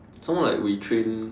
some more like we train